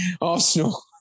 Arsenal